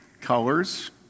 colors